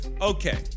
Okay